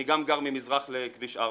אני גם גר ממזרח לכביש 4,